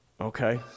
Okay